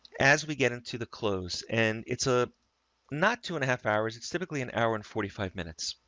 as we get into the close. and it's a not two and a half hours. it's typically an hour and forty five minutes.